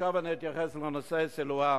עכשיו אני אתייחס לנושא סילואן.